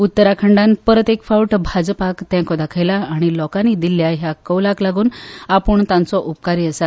उतरााखंडांत परत एक फावट भाजपाक तेंको दाखयला आनी लोकांनी दिल्ल्या ह्या कौलाक लागून आपूण तांचो उपकारी आसा